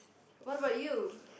what about you